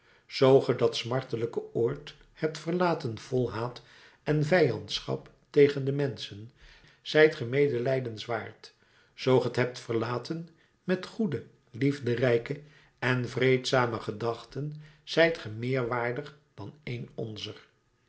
ge dat smartelijke oord hebt verlaten vol haat en vijandschap tegen de menschen zijt ge medelijdenswaard zoo ge het hebt verlaten met goede liefderijke en vreedzame gedachten zijt ge meer waardig dan een onzer